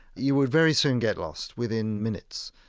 you would very soon get lost, within minutes.